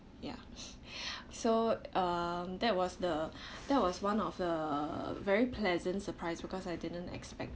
ya so um that was the that was one of the very pleasant surprise because I didn't expect